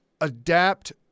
adapt